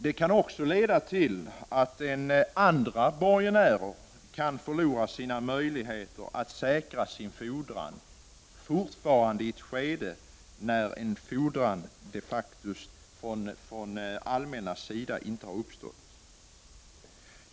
Det kan också leda till att andra borgenärer kan förlora sina möjligheter att säkra sina fordringar, fortfarande i ett skede när en fordran från det allmännas sida inte uppstått.